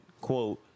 Quote